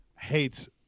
hates